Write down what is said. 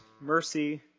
mercy